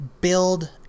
Build